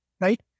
right